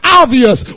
obvious